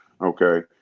okay